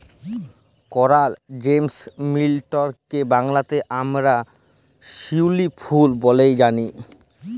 করাল জেসমিলটকে বাংলাতে আমরা শিউলি ফুল ব্যলে জানি